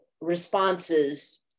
responses